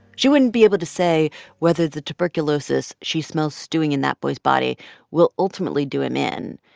she wouldn't be able to say whether the tuberculosis she smells stewing in that boy's body will ultimately do him in,